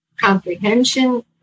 comprehension